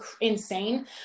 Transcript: insane